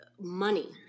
money